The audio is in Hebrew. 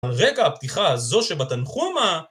על רקע הפתיחה הזו שבתנחומה